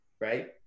right